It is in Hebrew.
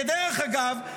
כדרך אגב,